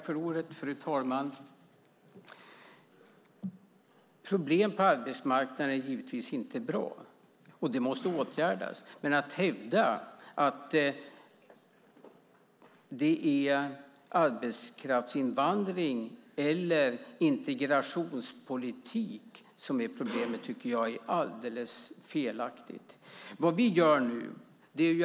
Fru talman! Problem på arbetsmarknaden är givetvis inte bra, och de måste åtgärdas. Men att hävda att det är arbetskraftsinvandring eller integrationspolitik som är problemet tycker jag är alldeles felaktigt.